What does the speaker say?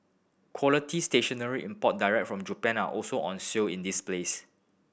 quality stationery imported directly from Japan are also on sale in this place